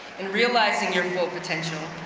in realizing your full potential,